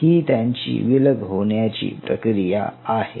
ही त्यांची विलग होण्याची प्रक्रिया आहे